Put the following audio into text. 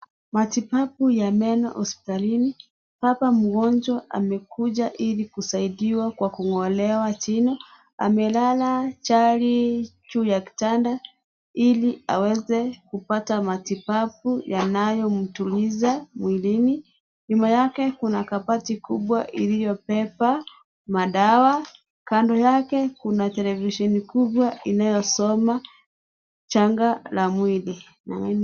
Matibabu ya meno hospitalini baba mgonjwa amekuja ili kusaidiwa kwa kung'olewa jino amelala chali juu ya kitanda ili aweze kupata matibabu yanayomtuliza mwilini, nyuma yake kuna kabati kubwa iliyobeba madawa kando yake kuna televisheni kubwa inayosoma changa la mwili.